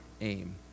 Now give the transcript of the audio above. aim